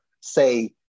say